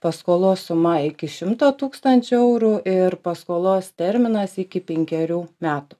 paskolos suma iki šimto tūkstančių eurų ir paskolos terminas iki penkerių metų